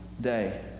day